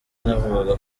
navugaga